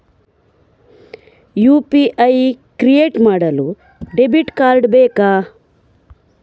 UPI create ಮಾಡಲು debit card ಬೇಕಾ?